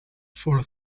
for